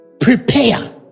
prepare